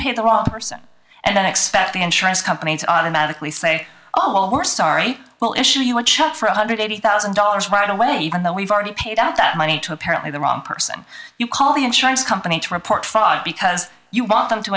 paid the wrong person and then expect the insurance company to automatically say oh we're sorry well issue you a check for one hundred eighty thousand dollars right away even though we've already paid out that money to apparently the wrong person you call the insurance company to report far because you want them to